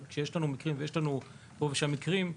יש לנו פה ושם מקרים.